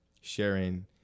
sharing